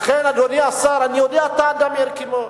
אדוני השר, אני יודע שאתה ציוני.